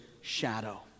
shadow